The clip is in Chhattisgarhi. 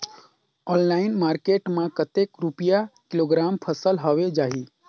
ऑनलाइन मार्केट मां कतेक रुपिया किलोग्राम फसल हवे जाही?